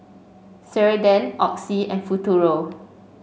Ceradan Oxy and Futuro